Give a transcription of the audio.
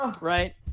Right